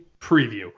preview